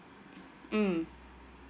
mm